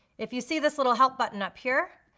if you see this little help button up here,